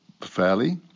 fairly